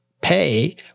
pay